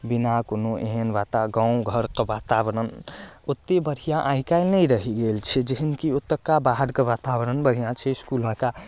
बिना कोनो एहन वाता गाँव घरके वातावरण ओते बढ़िआँ आइकाल्हि नहि रहि गेल छै जेहन कि ओतुका बाहरके वातावरण बढ़िआँ छै इसकुलमे का